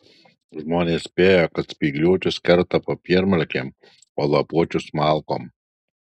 žmonės spėjo kad spygliuočius kerta popiermalkėm o lapuočius malkom